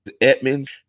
Edmonds